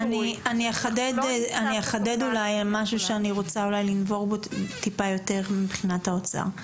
אני אחדד משהו שאני רוצה אולי לנבור בו טיפה יותר מבחינת האוצר.